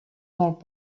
molt